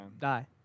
die